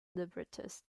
librettist